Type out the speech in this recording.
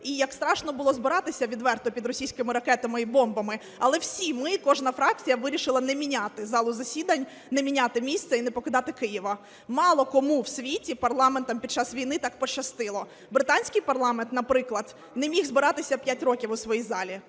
і як страшно було збиратися відверто під російськими ракетами і бомбами. Але всі ми, кожна фракція, вирішили не міняти залу засідань, не міняти місце і не покидати Києва. Мало кому в світі, парламентам під час війни, так пощастило. Британський парламент, наприклад, не міг збиратися 5 років у своїй залі,